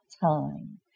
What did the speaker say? time